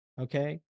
okay